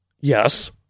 Yes